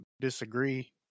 disagree